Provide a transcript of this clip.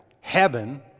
Heaven